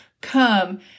come